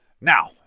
Now